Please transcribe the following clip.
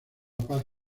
paz